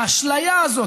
האשליה הזאת,